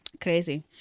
Crazy